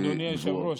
אדוני היושב-ראש,